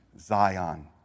Zion